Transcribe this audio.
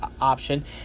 option